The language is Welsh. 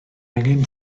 angen